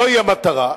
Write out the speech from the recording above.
זוהי המטרה.